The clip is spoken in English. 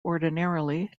ordinarily